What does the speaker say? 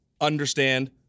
understand